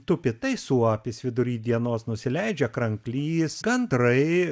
tupi tai suopis vidury dienos nusileidžia kranklys gandrai